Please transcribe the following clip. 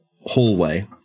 hallway